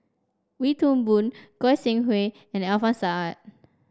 Wee Toon Boon Goi Seng Hui and Alfian Sa'at